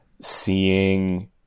seeing